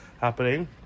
happening